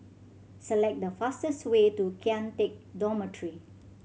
select the fastest way to Kian Teck Dormitory